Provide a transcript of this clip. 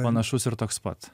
panašus ir toks pats